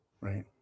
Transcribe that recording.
Right